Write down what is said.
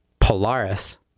Polaris